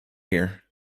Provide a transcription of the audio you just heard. here